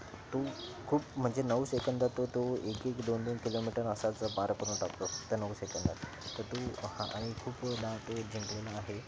तू खूप म्हणजे नऊ सेकंंदात तो एक एक दोन दोन किलोमीटर असाच पार करून टाकतो त्या नऊ सेकंदात त तू हा आणि खूप ना ते आहे